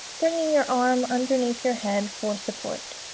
bringing your arm underneath your head for support